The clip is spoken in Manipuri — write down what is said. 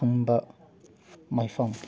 ꯊꯝꯕ ꯃꯐꯝ